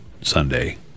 Sunday